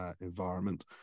environment